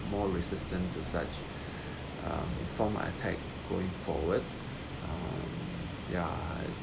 more resistent to such um form of attack going forward um ya